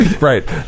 right